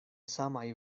samaj